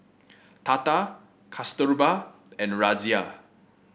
Tata Kasturba and Razia